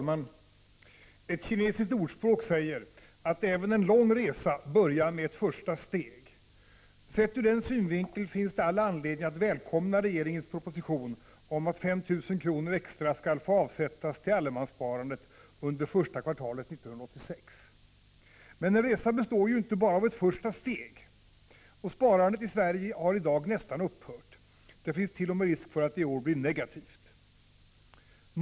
med ett första steg”. Sett ur den synvinkeln finns det all anledning att välkomna regeringens proposition om att 5 000 kr. extra skall få avsättas till allemanssparandet under första kvartalet 1986. Men en resa består ju inte bara av ett första steg — och sparandet i Sverige har i dag nästan upphört. Det finns t.o.m. risk för att det i år blir negativt.